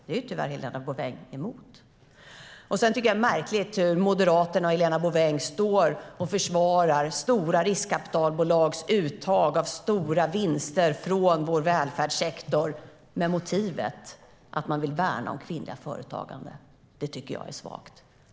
Det är tyvärr Helena Bouveng emot. Sedan tycker jag att det är märkligt att Moderaterna och Helena Bouveng försvarar stora riskkapitalbolags uttag av stora vinster från vår välfärdssektor med motivet att man vill värna om kvinnligt företagande. Det tycker jag är svagt.